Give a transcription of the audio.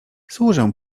służę